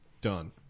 Done